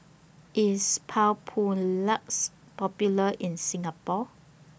IS Papulex Popular in Singapore